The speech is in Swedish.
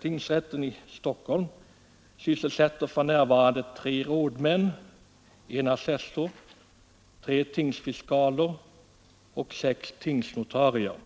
Tingsrätten sysselsätter för närvarande tre rådmän, en assessor, tre tingsfiskaler och sex tingsnotarier